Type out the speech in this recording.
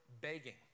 begging